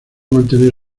mantener